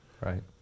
Right